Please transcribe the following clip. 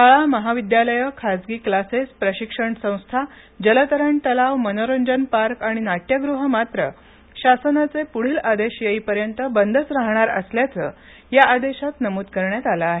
शाळा महाविद्यालयं खासगी क्लासेस प्रशिक्षण संस्था जलतरण तलाव मनोरंजन पार्क आणि नाट्यगृहं मात्र शासनाचे प्रीील आदेश येईपर्यंत बंदच राहणार असल्याचं या आदेशात नम्द करण्यात आले आहे